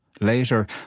Later